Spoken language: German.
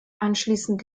anschließend